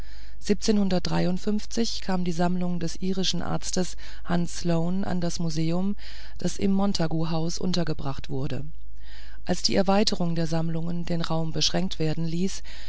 kam die sammlung des irischen arztes hans sloane an das museum das im montagu house untergebracht wurde als die erweiterung der sammlungen den raum beschränkt werden ließ